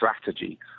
strategy